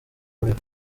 muriro